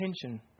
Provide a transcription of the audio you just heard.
attention